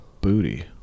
booty